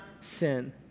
sin